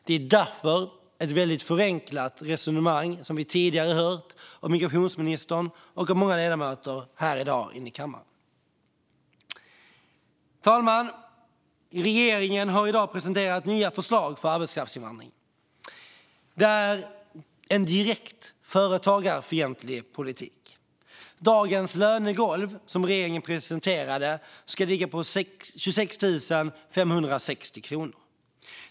Det är därför ett väldigt förenklat resonemang som vi tidigare har hört av migrationsministern och av många ledamöter här i dag i kammaren. Fru talman! Regeringen har i dag presenterat nya förslag för arbetskraftsinvandring. Det är en direkt företagarfientlig politik. Dagens lönegolv som regeringen presenterade ska ligga på 26 560 kronor.